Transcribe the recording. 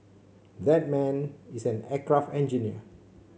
that man is an aircraft engineer